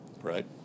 right